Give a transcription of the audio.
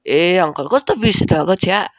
ए uncle कस्तो बिर्सिनु भएको छ्या